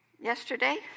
yesterday